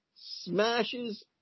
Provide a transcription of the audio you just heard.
smashes